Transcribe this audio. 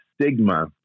stigma